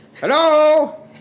Hello